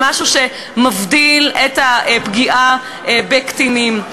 משהו שמבדיל את הפגיעה בקטינים.